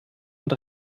und